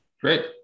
Great